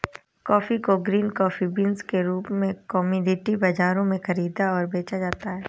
coffee को green coffee beans के रूप में कॉमोडिटी बाजारों में खरीदा और बेचा जाता है